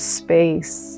space